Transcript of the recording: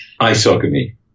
isogamy